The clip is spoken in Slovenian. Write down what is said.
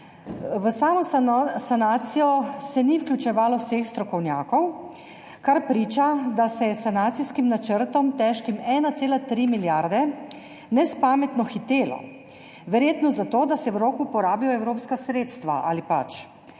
V samo sanacijo se ni vključevalo vseh strokovnjakov, kar priča, da se je s sanacijskim načrtom, težkim 1,3 milijarde, nespametno hitelo, verjetno zato da se v roku porabijo evropska sredstva, ali pač.